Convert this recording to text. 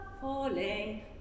falling